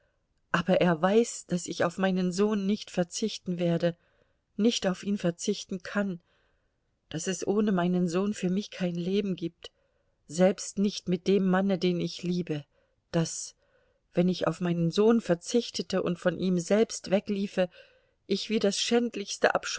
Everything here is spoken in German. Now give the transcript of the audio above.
aber er weiß daß ich auf meinen sohn nicht verzichten werde nicht auf ihn verzichten kann daß es ohne meinen sohn für mich kein leben gibt selbst nicht mit dem manne den ich liebe daß wenn ich auf meinen sohn verzichtete und von ihm selbst wegliefe ich wie das schändlichste